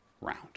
round